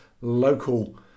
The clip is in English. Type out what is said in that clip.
local